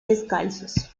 descalzos